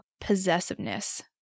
possessiveness